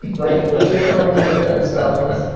like going through the different spellings.